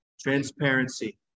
Transparency